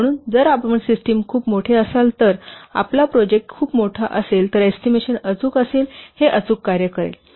म्हणून जर आपण सिस्टम खूपच मोठे असाल तर आपला प्रोजेक्ट खूप मोठा असेल तर एस्टिमेशन अचूक असेल हे अचूक कार्य करेल